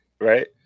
Right